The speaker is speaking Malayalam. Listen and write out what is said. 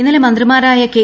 ഇന്നലെ മന്ത്രിമാരായ കെ